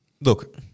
look